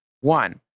One